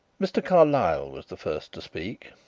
mr. carlyle was the first to speak.